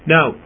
Now